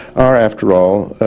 are, after all,